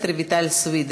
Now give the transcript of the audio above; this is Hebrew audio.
4598,